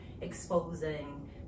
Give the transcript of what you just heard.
exposing